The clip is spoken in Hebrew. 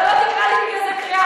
ואתה לא תקרא לי בגלל זה קריאה.